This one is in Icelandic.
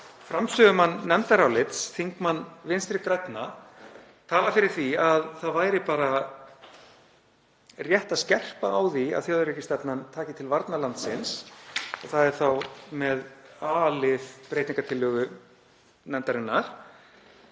framsögumann nefndarálits, þingmann Vinstri grænna, tala fyrir því að rétt væri að skerpa á því að þjóðaröryggisstefnan taki til varna landsins, það er þá með a-lið breytingartillögu nefndarinnar,